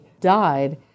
died